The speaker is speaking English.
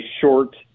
short